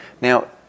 Now